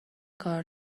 کار